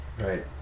Right